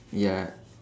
ya